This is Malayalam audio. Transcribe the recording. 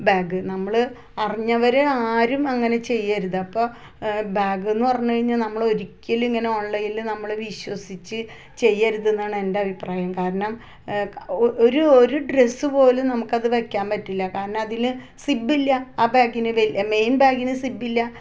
ബാഗ് നമ്മൾ അറിഞ്ഞവരും ആരും അങ്ങനെ ചെയ്യരുത് അപ്പോൾ ബാഗ്ന്ന് പറഞ്ഞ് കഴിഞ്ഞാൽ നമ്മൾ ഒരിക്കലും ഇങ്ങനെ ഓൺലൈനിൽ നമ്മൾ വിശ്വസിച്ച് ചെയ്യരുതെന്നാണ് എൻ്റെ അഭിപ്രായം കാരണം ഒരു ഒരു ഡ്രസ്സ് പോലും നമുക്കത് വക്കാൻ പറ്റില്ല കാരണം അതിൽ സിബ്ബില്ല ആ ബാഗിന് മെയിൻ ബാഗിന് സിബ്ബില്ല